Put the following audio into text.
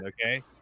okay